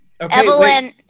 evelyn